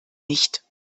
nicht